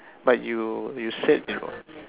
but you you said you know